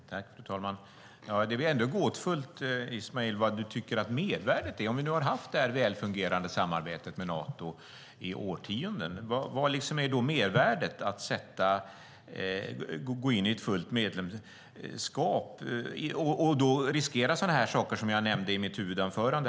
Fru talman! Det är ändå gåtfullt, Ismail, vad du tycker att mervärdet är. Om vi nu har haft det här välfungerande samarbetet med Nato i årtionden, vad är då mervärdet i att gå in i ett fullt medlemskap och riskera sådana saker som jag nämnde i mitt huvudanförande?